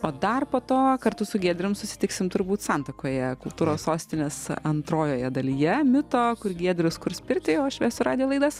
o dar po to kartu su giedrium susitiksim turbūt santakoje kultūros sostinės antrojoje dalyje mito kur giedrius kurs pirtį o aš vesiu radijo laidas